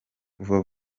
kuva